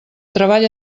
treball